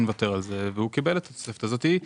לוותר על זה והוא קיבל את התוספת הזאת.